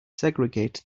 segregate